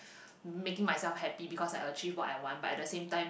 making myself happy because I achieve what I want but at the same time